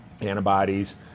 antibodies